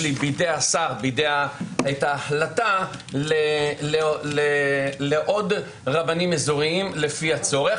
בידי השר את ההחלטה לעוד רבנים אזוריים לפי הצורך.